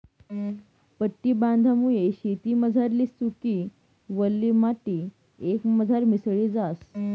पट्टी बांधामुये शेतमझारली सुकी, वल्ली माटी एकमझार मिसळी जास